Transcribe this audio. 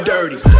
Dirty